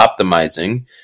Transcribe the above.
optimizing